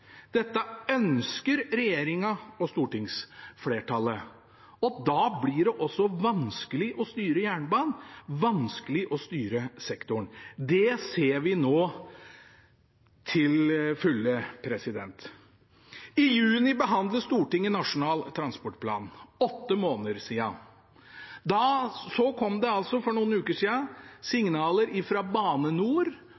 dette ønsker regjeringen og stortingsflertallet. Da blir det også vanskelig å styre jernbanen, vanskelig å styre sektoren. Det ser vi nå til fulle. I juni behandlet Stortinget Nasjonal transportplan, for ni måneder siden. Så kom det altså for noen uker siden